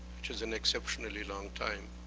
which is an exceptionally long time.